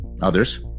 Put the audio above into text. others